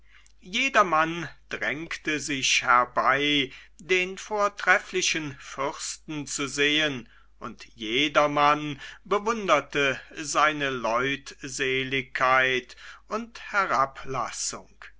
jedermann drängte sich herbei den vortrefflichen fürsten zu sehen und jedermann bewunderte seine leutseligkeit und herablassung